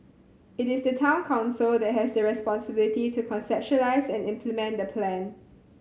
it is the Town Council that has the responsibility to conceptualise and implement the plan